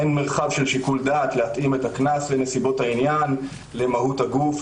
אין מרחב של שיקול דעת להתאים את הקנס בנסיבות העניין למהות הגוף,